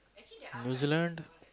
New-Zealand